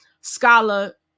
scholar